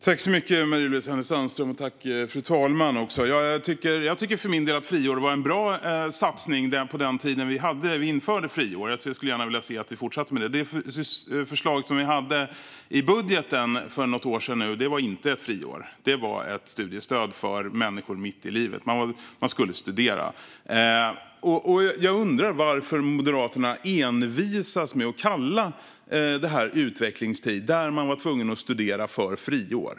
Fru talman! Jag tycker för min del att friåret var en bra satsning, på den tiden vi införde det. Jag skulle gärna se att vi fortsatte med den. Det förslag som vi hade i budgeten för något år sedan var inte ett friår. Det var ett studiestöd för människor mitt i livet. Man skulle studera. Jag undrar varför Moderaterna envisas med att kalla denna utvecklingstid där man är tvungen att studera för friår.